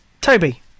Toby